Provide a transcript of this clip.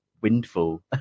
windfall